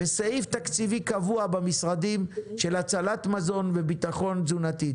וסעיף תקציבי קבוע במשרדים להצלת מזון וביטחון תזונתי.